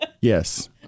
Yes